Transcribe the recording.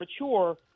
mature